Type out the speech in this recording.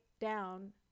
down